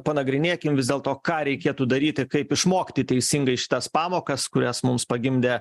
panagrinėkim vis dėlto ką reikėtų daryt ir kaip išmokti teisingai šitas pamokas kurias mums pagimdė